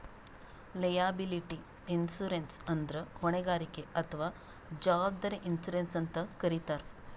liability insurance ಅಂದ್ರ ಹೊಣೆಗಾರಿಕೆ ಅಥವಾ ಜವಾಬ್ದಾರಿ ಇನ್ಶೂರೆನ್ಸ್ ಅಂತ್ ಕರಿತಾರ್